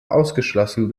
ausgeschlossen